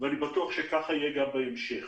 ואני בטוח שכך יהיה גם בהמשך.